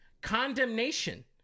condemnation